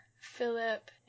Philip